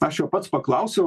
aš jo pats paklausiau